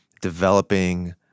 developing